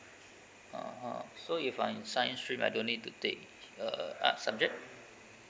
(uh huh) so if I'm in science stream I don't need to take uh art subject